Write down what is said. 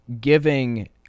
giving